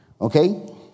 okay